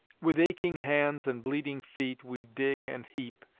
with aching hands and bleeding feet we dig and heap,